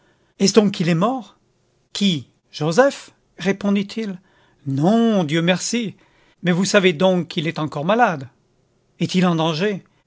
donc qu'il est mort qui joseph répondit-il non dieu merci mais vous savez donc qu'il est encore malade est-il en danger